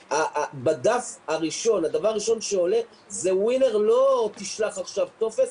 בדף הראשון הדבר הראשון שעולה זה לא תשלח עכשיו טופס,